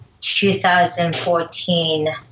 2014